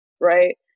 right